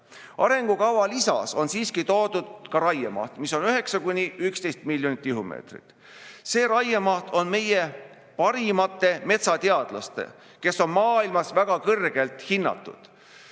Arengukava lisas on siiski toodud ka raiemaht, mis on 9–11 miljonit tihumeetrit. See raiemaht on meie parimate, maailmas väga kõrgelt hinnatud